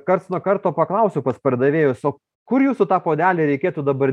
karts nuo karto paklausiu pas pardavėjus o kur jūsų tą puodelį reikėtų dabar